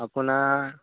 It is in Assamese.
আপোনাৰ